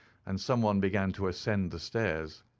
and some one began to ascend the stairs.